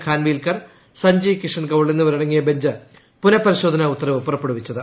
ഖാൻവീൽക്കർ സജ്ജയ് കിഷൻകൌൾ എന്നിവരടങ്ങിയ ബെഞ്ച് പുനപരിശോധനാ ഉത്തരവ് പുറപ്പെടുവിച്ചത്